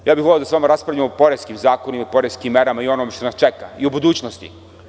Voleo bih da sa vama raspravljam o poreskim zakonima, o poreskim merama i onom što nas čeka i o budućnosti.